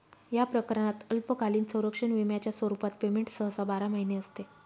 या प्रकरणात अल्पकालीन संरक्षण विम्याच्या स्वरूपात पेमेंट सहसा बारा महिने असते